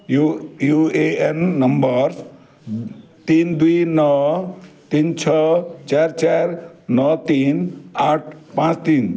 you U A N number ତିନି ଦୁଇ ନଅ ତିନି ଛଅ ଚାରି ଚାରି ନଅ ତିନି ଆଠ ପାଞ୍ଚ ତିନି